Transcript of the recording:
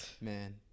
man